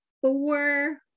four